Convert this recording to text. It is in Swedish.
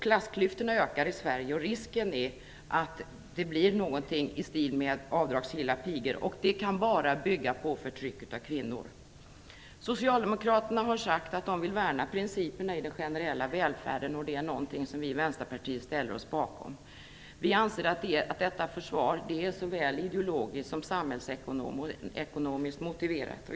Klassklyftorna ökar i Sverige, och risken är att det blir någonting i stil med avdragsgilla pigor. Det kan bara bygga på förtryck av kvinnor. Socialdemokraterna har sagt att de vill värna principerna i den generella välfärden. Det är någonting som vi i Vänsterpartiet ställer oss bakom. Vi anser att detta försvar är såväl ideologiskt som samhällsekonomiskt motiverat.